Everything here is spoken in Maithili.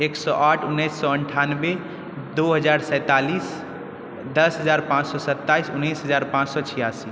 एक सए आठ उन्नैस सए अनठानबे दू हजार सैंतालिस दस हजार पाँच सए सताइस उन्नैस हजार पाँच सए छियासी